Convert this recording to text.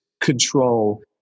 control